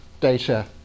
data